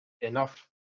enough